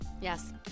Yes